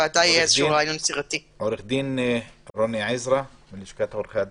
עו"ד רוני עזרא, לשכת עורכי הדין.